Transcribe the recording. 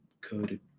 coded